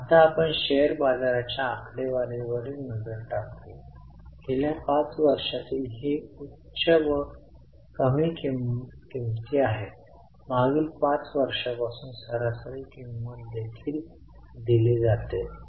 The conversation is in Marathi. आता एनपीएटीची गणना करण्यासाठी आपण कायम ठेवलेल्या उत्पन्नासह सुरुवात केली अंतरिम मिळवा लाभांश मिळवा कर मिळवा आपल्याला एनपीबीटी मिळाला नंतर डेप्रिसिएशन आणि सूट आणि डिबेंचर जोडले गेले